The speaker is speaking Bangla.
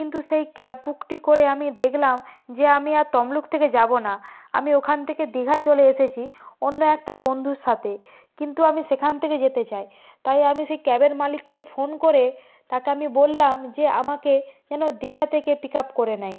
কিন্তু সেই ক্যাব বুকটি করে আমি দেখলাম যে আমি আর তমলুক থেকে যাব না আমি ওখান থেকে দীঘা চলে এসেছি অন্য একটা বন্ধুর সাথে কিন্তু আমি সেখান থেকে যেতে চাই তাই আমি সেই ক্যাবের মালিককে ফোন করে তাকে আমি বললাম যে আমাকে যেন দীঘা থেকে পিক আপ করে নেয়